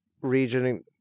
region